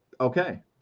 Okay